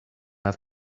have